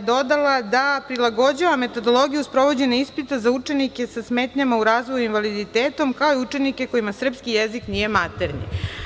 dodala da prilagođava metodologiju u sprovođenju ispita za učenike sa smetnjama u razvoju i invaliditetom, kao i učenike kojima srpski jezik nije maternji.